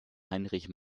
heinrich